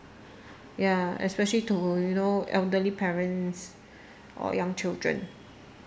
ya especially to you know elderly parents or young children